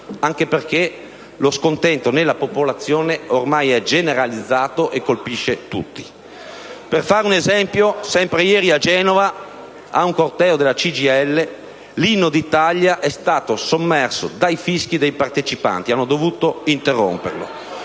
anche perché lo scontento nella popolazione è ormai generalizzato e colpisce tutti. Per fare un esempio, sempre ieri a Genova, durante un corteo della CGIL, l'Inno d'Italia è stato sommerso dai fischi dei partecipanti. Hanno dovuto interromperlo.